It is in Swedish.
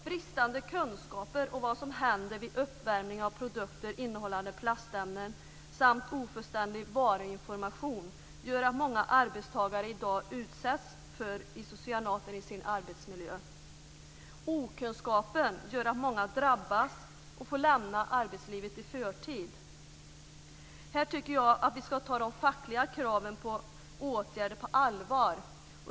Bristande kunskaper om vad som händer vid uppvärmning av produkter innehållande plastämnen samt ofullständig varuinformation gör att många arbetstagare i dag utsätts för isocyanater i sin arbetsmiljö. Okunskapen gör att många drabbas och får lämna arbetslivet i förtid. Jag tycker att vi här ska ta de fackliga kraven på åtgärder på allvar.